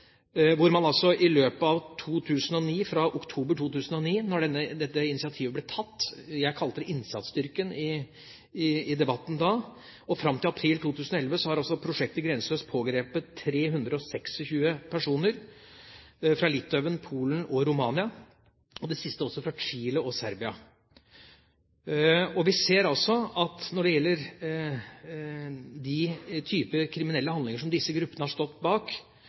Fra oktober 2009, da dette initiativet ble tatt – jeg kalte det innsatsstyrken i debatten da – og fram til april 2011, har man ved prosjektet Grenseløs pågrepet 326 personer fra Litauen, Polen og Romania, og i det siste også fra Chile og Serbia. Vi ser at når det gjelder slike kriminelle handlinger som disse gruppene har stått bak,